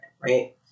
right